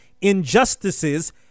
injustices